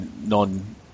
non